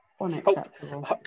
Unacceptable